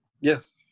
Yes